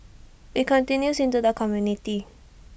IT continues into the community